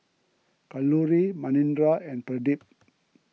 Kalluri Manindra and Pradip